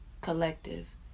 collective